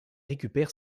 récupère